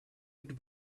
good